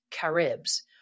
caribs